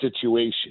situation